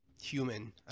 human